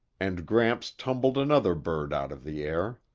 and gramps tumbled another bird out of the air.